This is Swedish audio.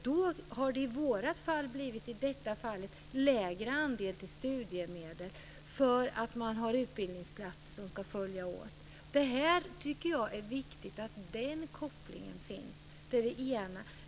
Då har det i vårt fall blivit en lägre andel till studiemedel därför att man har utbildningsplatser som ska följas åt. Jag tycker att det är viktigt att den kopplingen finns. Det är det ena.